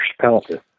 penalty